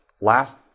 last